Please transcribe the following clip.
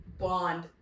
bond